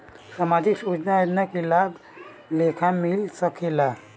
सामाजिक सुरक्षा योजना के लाभ के लेखा मिल सके ला?